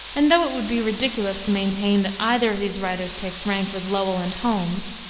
and though it would be ridiculous to maintain that either of these writers takes rank with lowell and holmes,